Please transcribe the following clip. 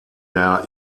der